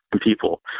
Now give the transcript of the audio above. people